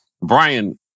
Brian